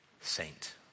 saint